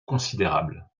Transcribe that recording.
considérable